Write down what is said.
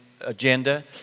agenda